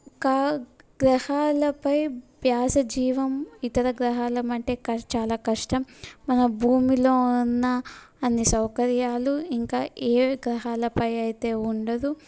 ఇంకా గ్రహాలపై వ్యాసజీవం ఇతర గ్రహాలు అంటే చాలా కష్టం మన భూమిలో ఉన్న అన్నీ సౌకర్యాలు ఇంకా ఏ గ్రహాలపై అయితే ఉండదు